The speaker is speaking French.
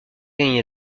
gagné